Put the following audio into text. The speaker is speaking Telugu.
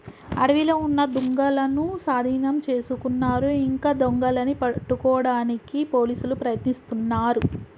అడవిలో ఉన్న దుంగలనూ సాధీనం చేసుకున్నారు ఇంకా దొంగలని పట్టుకోడానికి పోలీసులు ప్రయత్నిస్తున్నారు